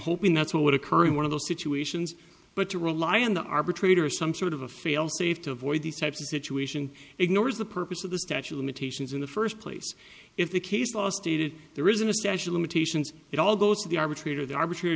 hoping that's what would occur in one of those situations but to rely on the arbitrator some sort of a failsafe to avoid these types of situation ignores the purpose of the statue limitations in the first place if the case was stated there isn't a special imitations it all goes to the arbitrator the arbitrator